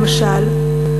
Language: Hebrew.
למשל,